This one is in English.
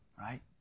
right